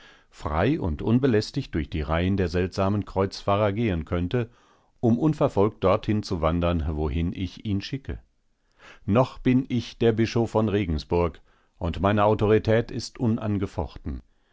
frei und unbelästigt durch die reihen der seltsamen kreuzfahrer gehen könnte um unverfolgt dorthin zu wandern wohin ich ihn schicke noch bin ich der bischof von regensburg und meine autorität ist unangefochten